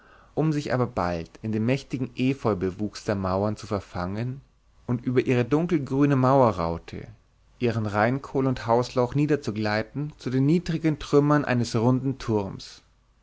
um sich aber bald in dem mächtigen efeubewuchs der mauer zu verfangen und über ihre dunkelgrüne mauerraute ihren rainkohl und hauslauch niederzugleiten zu den niedrigen trümmern eines runden turms